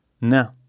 No